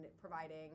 providing